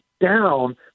down